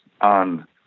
on